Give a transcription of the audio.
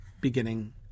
beginning